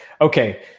okay